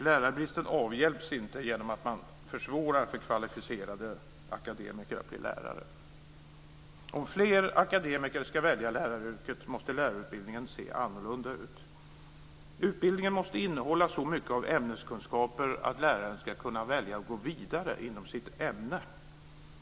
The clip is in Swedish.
Lärarbristen avhjälps inte genom att man försvårar för kvalificerade akademiker att bli lärare. Om fler akademiker ska välja läraryrket måste lärarutbildningen se annorlunda ut. Utbildningen måste innehålla så mycket av ämneskunskaper att läraren ska kunna välja att gå vidare inom sitt ämne.